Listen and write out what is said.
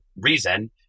reason